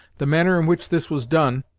the manner in which this was done,